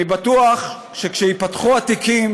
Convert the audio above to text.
אני בטוח שכשייפתחו התיקים,